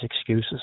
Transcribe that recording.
excuses